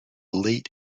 late